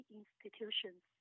institutions